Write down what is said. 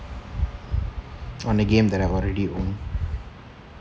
on a game that I already own